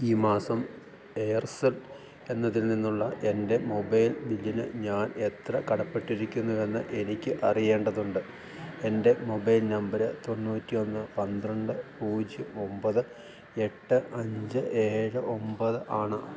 ഈ മാസം എയർസെൽ എന്നതിൽ നിന്നുള്ള എൻ്റെ മൊബൈൽ ബില്ലിന് ഞാൻ എത്ര കടപ്പെട്ടിരിക്കുന്നുവെന്ന് എനിക്ക് അറിയേണ്ടതുണ്ട് എൻ്റെ മൊബൈൽ നമ്പര് തൊണ്ണൂറ്റി ഒന്ന് പന്ത്രണ്ട് പൂജ്യം ഒമ്പത് എട്ട് അഞ്ച് ഏഴ് ഒമ്പത് ആണ്